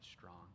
strong